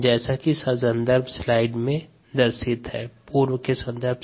Substituting rPk3 EtSKmSV यदिEt गुणा k3 vm के बराबर हो तब rP vmSKmSV के बराबर होगा